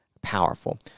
powerful